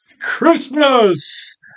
Christmas